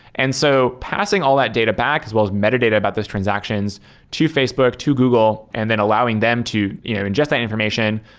and so passing all that data back as well as metadata about these transactions to facebook, to google and then allowing them to you know ingest that information,